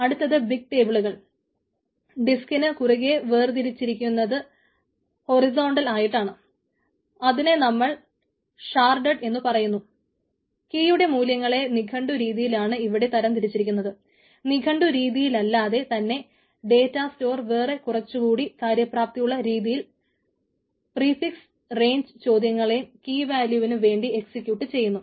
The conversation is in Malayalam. അടുത്തത് ബിഗ്ടേബിളുകൾ ഡിസ്കിന് കുറുകെ വേർതിരിച്ചിരിക്കുന്നത് ഹൊറിസോണ്ടൽ ആട്രിബ്യൂട്ട്കളുടെ മൂല്യങ്ങളെ കീ ആയി ഇവിടെ ഉപയോഗിക്കുന്നു